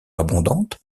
abondante